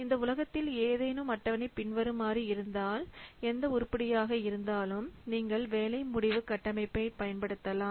இந்த உலகத்தில் ஏதேனும் அட்டவணை பின்வருமாறு இருந்தால் எந்த உருப்படியாக இருந்தாலும் நீங்கள் வேலை முடிவு கட்டமைப்பை பயன்படுத்தலாம்